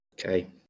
Okay